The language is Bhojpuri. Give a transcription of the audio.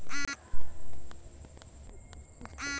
चाहे घर हो, सोना हो चाहे पइसा रहे